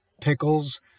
pickles